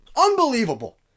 Unbelievable